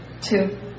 Two